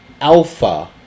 alpha